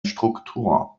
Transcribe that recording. struktur